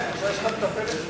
חיים, עכשיו יש לך מטפלת צמודה.